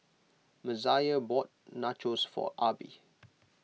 Messiah bought Nachos for Arbie